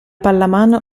pallamano